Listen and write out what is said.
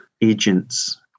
agents